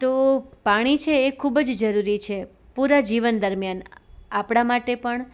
તો પાણી છે એ ખૂબ જ જરૂરી છે પૂરા જીવન દરમિયાન આપણા માટે પણ